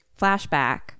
flashback